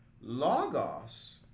Logos